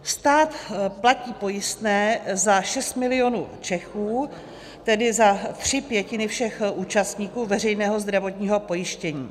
Stát platí pojistné za 6 mil. Čechů, tedy za tři pětiny všech účastníků veřejného zdravotního pojištění.